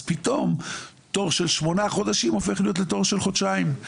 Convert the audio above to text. אז פתאום תור של שמונה חודשים הופך להיות תור של חודשיים.